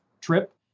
trip